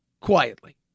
Quietly